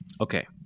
Okay